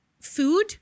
food